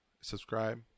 Subscribe